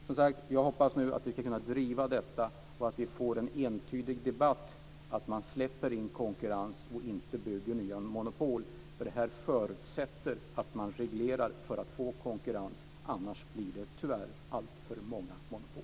Som sagt: Jag hoppas nu att vi ska kunna driva detta och att vi får en entydig debatt om att släppa in konkurrens och inte om att bygga nya monopol. En förutsättning för att få konkurrens är att man reglerar, annars blir det tyvärr alltför många monopol.